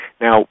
Now